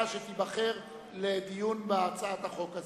הוועדה שתיבחר לדיון בהצעת החוק הזאת.